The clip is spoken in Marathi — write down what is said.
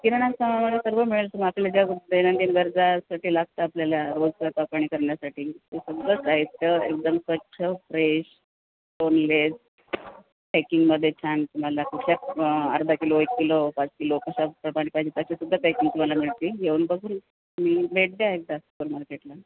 किराणा समान सर्व मिळेल तुम्हाला आपल्याला ज्या दैनंदिन गरजासाठी लागतात आपल्याला रोज स्वैयंपाकपाणी करण्यासाठी ते सगळं साहित्य एकदम स्वच्छ फ्रेश स्टोनलेस पॅकिंगमध्ये छान तुम्हाला अशा अर्धा किलो एक किलो पाच किलो कशा प्रकारे पाहिजे तशी सद्धा पॅकिंग तुम्हाला मिळतील येऊन बघून तुम्ही भेट द्या एकदा सुपर मार्केटला